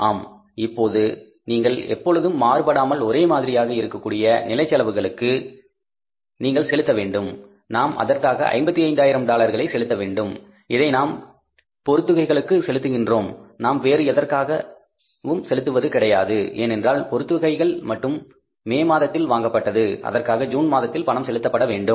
ஆம் இப்போது நீங்கள் எப்பொழுதும் மாறுபடாமல் ஒரே மாதிரியாக இருக்கக்கூடிய நிலை செலவுகளுக்கு நீங்கள் செலுத்த வேண்டும் நாம் அதற்காக 55000 டாலர்களை செலுத்த வேண்டும் இதை நாம் பொறுத்துகைகளுக்காக செலுத்துகின்றோம்நாம் வேறு எதற்காகவும் செலுத்துவது கிடையாது ஏனென்றால் பொறுத்துகைகள் மட்டும் மே மாதத்தில் வாங்கப்பட்டது அதற்காக ஜூன் மாதத்தில் பணம் செலுத்தப்பட வேண்டும்